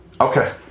Okay